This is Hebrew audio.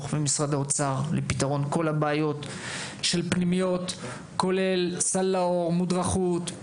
ומשרד האוצר לפתרון כל הבעיות של הפנימיות כולל סלי מודרכות,